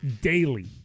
daily